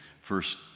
first